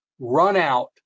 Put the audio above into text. runout